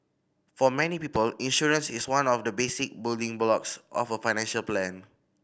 for many people insurance is one of the basic building blocks of a financial plan